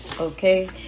Okay